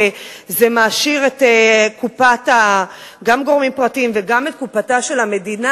זה מעשיר את הקופה גם של גורמים פרטיים וגם את קופתה של המדינה,